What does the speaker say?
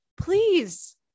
Please